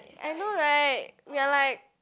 I know right we are like